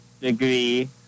degree